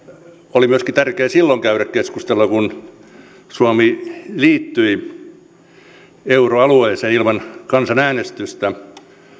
oli tärkeää myöskin silloin käydä keskustelua kun suomi liittyi euroalueeseen ilman kansanäänestystä